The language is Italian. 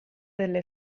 delle